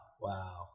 Wow